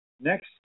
next